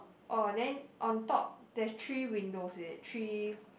oh then on top there three windows is it three